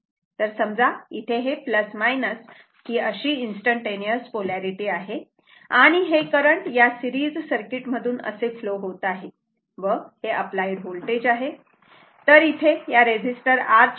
तर समजा इथे ही अशी इन्स्टंटटेनिस पोलारिटी आहे आणि हे करंट या सिरीज सर्किट मधून असे फ्लो होत आहे व हे अप्लाइड होल्टेज V आहे